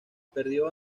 perdió